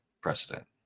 precedent